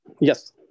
Yes